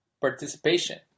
participation